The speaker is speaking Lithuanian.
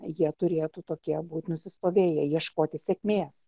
jie turėtų tokie būt nusistovėję ieškoti sėkmės